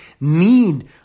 need